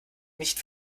nicht